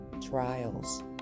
trials